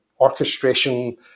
orchestration